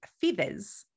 feathers